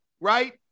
right